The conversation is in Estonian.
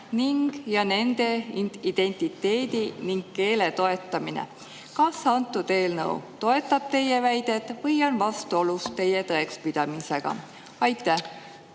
ning identiteedi ja keele toetamine. Kas antud eelnõu toetab teie väidet või on vastuolus teie tõekspidamisega? Aitäh,